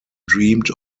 dreamed